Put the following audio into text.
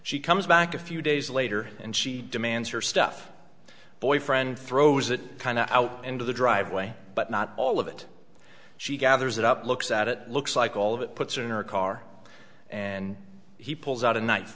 she comes back a few days later and she demands her stuff boyfriend throws it kind of out into the driveway but not all of it she gathers it up looks at it looks like all of it puts her in her car and he pulls out a kni